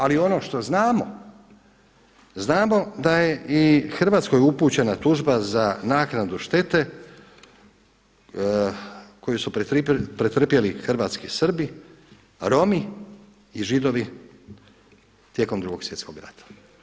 Ali ono što znamo, znamo da je i Hrvatskoj upućena tužba za naknadu štetu koju su pretrpjeli hrvatski Srbi, Romi i Židovi tijekom Drugog svjetskog rata.